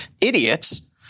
idiots